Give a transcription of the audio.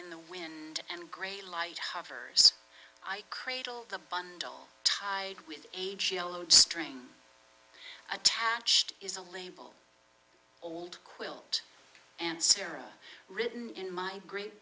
in the wind and gray light hovers i cradle the bundle tied with age yellowed string attached is a label quilt and sarah written in my great